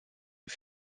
est